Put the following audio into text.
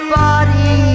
body